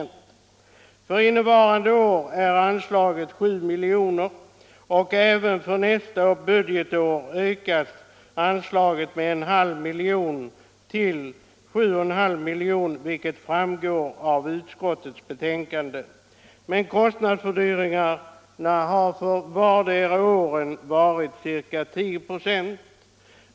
107 För innevarande år är anslaget 7 milj.kr., och även för nästa budgetår ökas anslaget med en halv miljon till 7,5 milj.kr., vilket framgår av utskottets betänkande. Men kostnadsfördyringarna har för vartdera året varit ca 10 96.